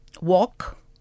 walk